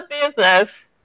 business